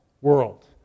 world